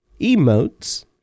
emotes